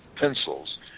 pencils